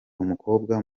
umukobwa